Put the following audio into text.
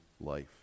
life